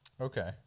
Okay